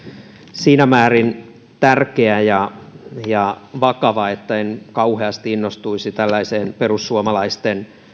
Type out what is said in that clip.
siinä määrin tärkeä ja ja vakava että en kauheasti innostuisi tällaiseen perussuomalaisten